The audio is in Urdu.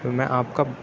پھر میں آپ کا